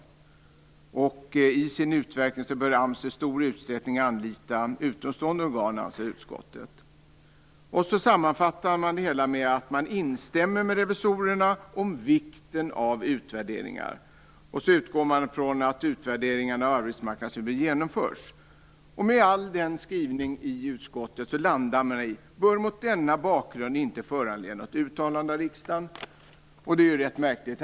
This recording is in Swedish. Vidare skriver man: "I sin utvärderingsverksamhet bör AMS i stor utsträckning anlita utomstående organ, anser utskottet." Man sammanfattar det hela med att man instämmer med revisorerna om vikten av utvärderingar. Man utgår från att utvärderingarna av arbetsmarknadsutbildningen genomförs. Med all denna skrivning i utskottet landar man i att "bör mot denna bakgrund inte föranleda något uttalande av riksdagen". Det är rätt märkligt.